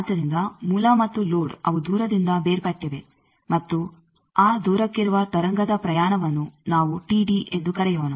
ಆದ್ದರಿಂದ ಮೂಲ ಮತ್ತು ಲೋಡ್ ಅವು ದೂರದಿಂದ ಬೇರ್ಪಟ್ಟಿವೆ ಮತ್ತು ಆ ದೂರಕ್ಕಿರುವ ತರಂಗದ ಪ್ರಯಾಣವನ್ನು ನಾವು ಎಂದು ಕರೆಯೋಣ